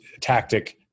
tactic